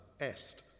Est